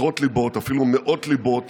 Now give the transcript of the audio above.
עשרות ליבות ואפילו מאות ליבות